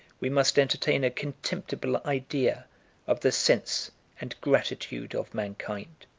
we must entertain a contemptible idea of the sense and gratitude of mankind.